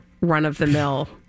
run-of-the-mill